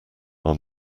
are